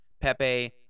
Pepe